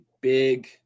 big